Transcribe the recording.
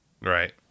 Right